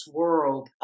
world